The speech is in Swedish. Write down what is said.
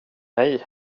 nej